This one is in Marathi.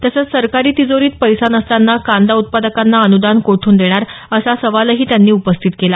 तसंच सरकारी तिजोरीत पैसा नसताना कांदा उत्पादकांना अनुदान कोठ्रन देणार असा सवालही त्यांनी उपस्थित केला